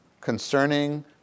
concerning